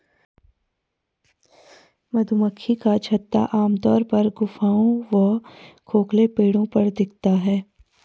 मधुमक्खी का छत्ता आमतौर पर गुफाओं व खोखले पेड़ों पर दिखता है